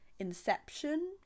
Inception